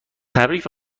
تبریک